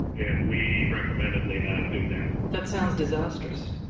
and we recommended they not do that. that sounds disastrous.